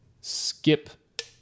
skip